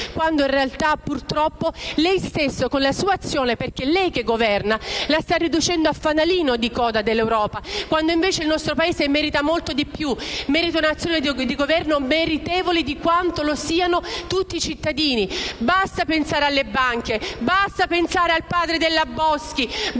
quando in realtà, purtroppo, lei stesso, con la sua azione - perché è lei che governa - la sta riducendo a fanalino di coda dell'Europa. Il nostro Paese merita molto di più; merita un'azione di governo meritevole quanto lo sono tutti i cittadini. Basta pensare alle banche, basta pensare al padre della Boschi, basta pensare agli amministratori